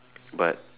but